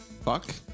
Fuck